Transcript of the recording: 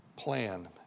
plan